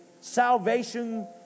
salvation